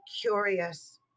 curious